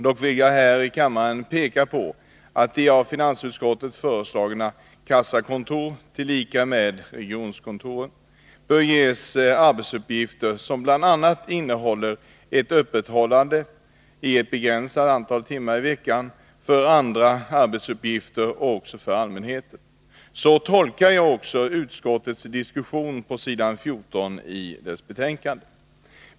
Dock vill jag framhålla att de av finansutskottet föreslagna kassakontoren tillika med regionkontoren bör ges arbetsuppgifter som bl.a. innebär öppethållande ett begränsat antal timmar i veckan för andra arbetsuppgifter och även för allmänheten. Så tolkar jag också utskottets diskussion på s. 14i betänkandet.